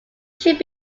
should